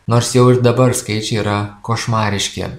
nors jau ir dabar skaičiai yra košmariški